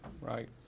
right